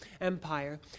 empire